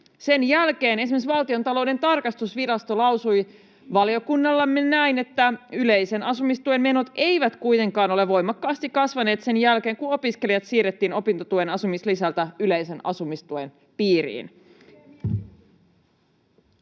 piiriin. Esimerkiksi Valtiontalouden tarkastusvirasto lausui valiokunnallemme, että ”yleisen asumistuen menot eivät kuitenkaan ole voimakkaasti kasvaneet sen jälkeen, kun opiskelijat siirrettiin opintotuen asumislisältä yleisen asumistuen piiriin”.